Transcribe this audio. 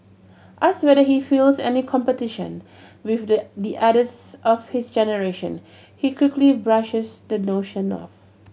asked whether he feels any competition with the the others of his generation he quickly brushes the notion off